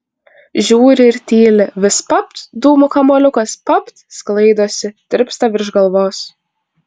žiūri ir tyli vis papt dūmų kamuoliukas papt sklaidosi tirpsta virš galvos